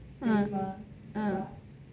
ah ah